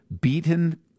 beaten